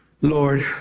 Lord